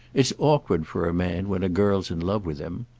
it's awkward for a man when a girl's in love with him.